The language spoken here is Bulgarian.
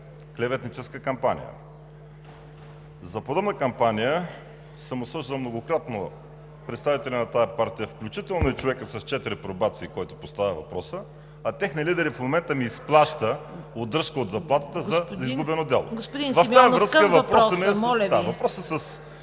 клеветническа кампания. За подобна кампания съм осъждал многократно представители на тази партия, включително и човека с четири пробации, който поставя въпроса, а техният лидер и в момента ми изплаща удръжка от заплатата за изгубено дело. ПРЕДСЕДАТЕЛ ЦВЕТА КАРАЯНЧЕВА: Господин